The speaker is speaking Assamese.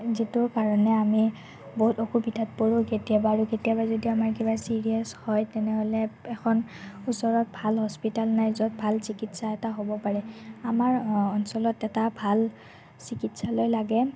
যিটোৰ কাৰণে আমি বহুত অসুবিধাত পৰোঁ আৰু কেতিয়াবা যদি আমাৰ কিবা ছিৰিয়াছ হয় তেনেহ'লে এখন ওচৰত ভাল হস্পিটেল নাই য'ত ভাল চিকিৎসা এটা হ'ব পাৰে আমাৰ অঞ্চলত এটা ভাল চিকিৎসালয় লাগে